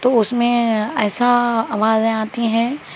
تو اس میں ایسا آوازیں آتی ہیں